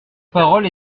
parole